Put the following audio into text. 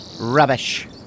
Rubbish